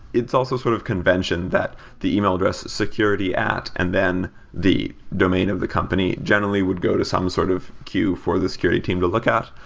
it's also sort of convention that the e-mail address is security at and then the domain of the company generally would go to some sort of queue for the security team to look at.